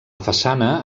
façana